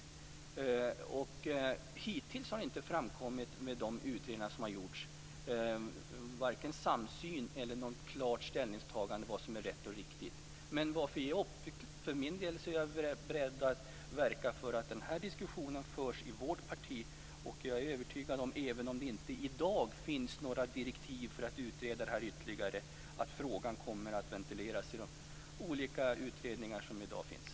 Hittills har det av de utredningar som har gjorts inte framkommit vare sig någon samsyn eller något klart ställningstagande om vad som är rätt och riktigt. Jag är för min del beredd att verka för att denna diskussion förs i vårt parti. Även om det inte i dag finns några direktiv för att utreda detta ytterligare, är jag övertygad om att frågan kommer att ventileras i de olika utredningar som i dag finns.